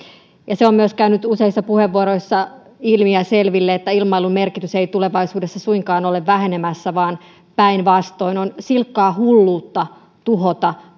se on myös käynyt useissa puheenvuoroissa ilmi ja selville että ilmailun merkitys ei tulevaisuudessa suinkaan ole vähenemässä vaan päinvastoin on silkkaa hulluutta tuhota